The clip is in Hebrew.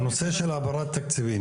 בנוגע לנושא של העברת תקציבים,